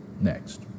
next